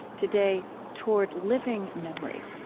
today toward living memory.